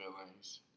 feelings